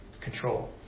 control